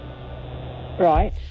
Right